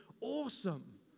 awesome